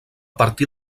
partir